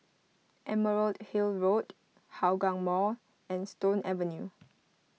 Emerald Hill Road Hougang Mall and Stone Avenue